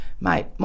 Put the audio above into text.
mate